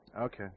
Okay